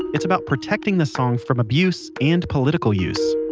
it's about protecting the song from abuse and political use